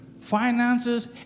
Finances